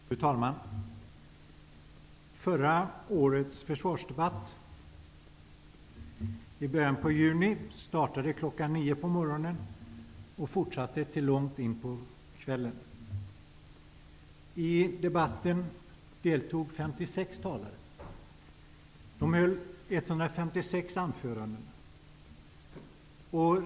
Fru talman! Förra årets försvarsdebatt i början av juni startade kl. 9 på morgonen och fortsatte långt in på kvällen. I debatten deltog 56 talare. De höll 156 anföranden.